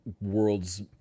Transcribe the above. world's